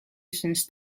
since